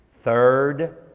Third